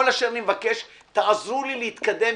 כל אשר אני מבקש: תעזרו לי להתקדם,